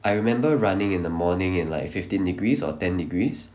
I remember running in the morning in like fifteen degrees or ten degrees